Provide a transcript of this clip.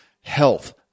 health